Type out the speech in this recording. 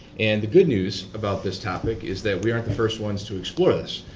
and the good news about this topic is that we aren't the first ones to explore this.